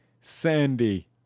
Sandy